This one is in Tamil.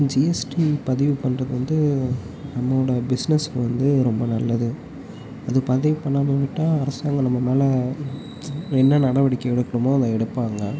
ஜிஎஸ்டி பதிவு பண்ணுறது வந்து நம்மோடய பிசினஸ்ஸுக்கு வந்து ரொம்ப நல்லது அது பதிவு பண்ணாமல் விட்டால் அரசாங்கம் நம்ம மேல் என்ன நடவடிக்கை எடுக்கணுமோ அதை எடுப்பாங்க